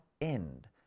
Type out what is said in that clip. end